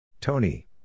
Tony